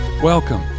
Welcome